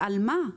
ועל מה?